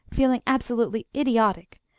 feeling absolutely idiotic,